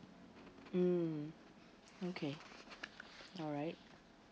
mm okay alright